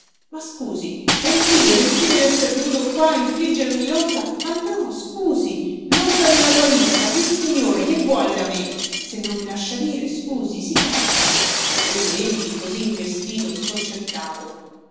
ma scusi pentire pentire desser venuto qua a infliggermi lonta ma no scusi lonta della sua vista sissignore che vuole me se non mi lascia dire scusi si calmi riprese egli così investito sconcertato